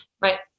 right